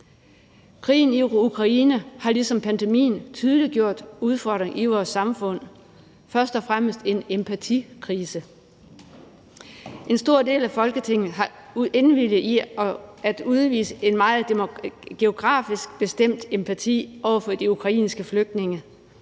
Krigen i Ukraine har ligesom pandemien tydeliggjort nogle udfordringer i vores samfund, først og fremmest en empatikrise. En stor del af Folketinget har indvilliget i at udvise en meget geografisk bestemt empati over for de ukrainske flygtninge,